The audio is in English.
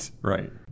right